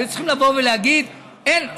הם היו צריכים לבוא להגיד: אין,